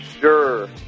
sure